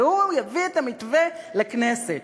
והוא יביא את המתווה לכנסת.